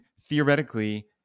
theoretically